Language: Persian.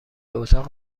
اتاق